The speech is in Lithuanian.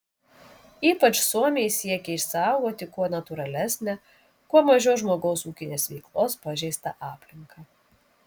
ypač suomiai siekia išsaugoti kuo natūralesnę kuo mažiau žmogaus ūkinės veiklos pažeistą aplinką